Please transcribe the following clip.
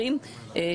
38. ארבעה.